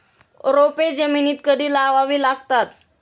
रोपे जमिनीत कधी लावावी लागतात?